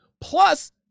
Plus